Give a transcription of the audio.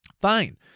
fine